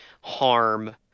harm